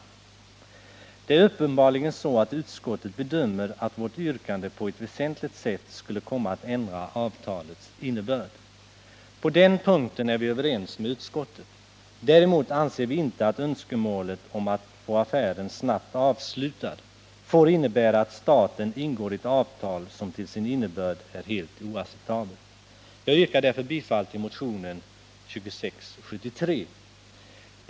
Det är uppenbarligen så att utskottet 153 bedömer att vårt yrkande på ett väsentligt sätt skulle komma att ändra avtalets innebörd. På den punkten är vi överens med utskottet. Däremot anser vi inte att önskemålet om att få affären snabbt avslutad får innebära att staten ingår ett avtal som till sin innebörd är helt oacceptabelt. Jag yrkar därför bifall till motionen 2673.